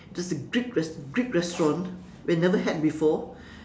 there's a greek res~ greek restaurant we never had before